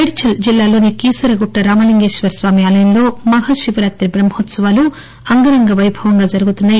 మేడ్చల్ జిల్లాలోని కీసరగుట్ల రామలింగేశ్వరస్వామి ఆలయంలో మహాశివరాతి బహ్మోత్సవాలు అంగరంగవైభవంగా జరుగుతున్నాయి